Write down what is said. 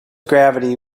gravity